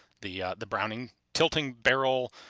the the browning tilting barrel.